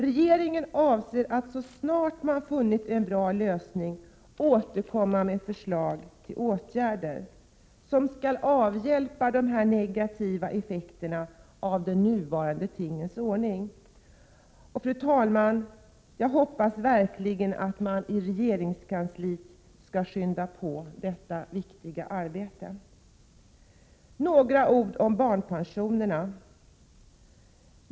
Regeringen avser att så snart man funnit en bra lösning återkomma med förslag till åtgärder, som skall avhjälpa de negativa effekterna av den nuvarande ordningen. Fru talman! Jag hoppas verkligen att man i regeringskansliet skall skynda på detta viktiga arbete. Några ord om barnpensionerna.